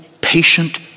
patient